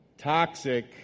Toxic